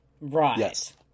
Right